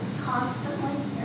constantly